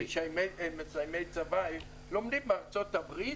משוחררי צבא, לומדים בארצות הברית.